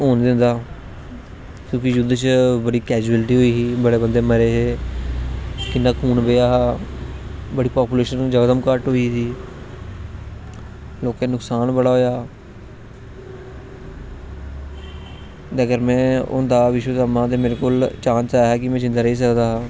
में युध्द होन गै नी दिंदा हा क्योंकि युध्द बिच्च बड़ी कैयुअलटी होई ही बड़े बंदे मरे हे किन्ना खून बेहा हा बड़े पापुलेशन घट्ट होई ही ते नुक्सान बड़ा होआ हा मगर में होंदा हा भीश्मपितामह ते मेरे कोल चांस है हा कि में जिंदा रेही सकदा हा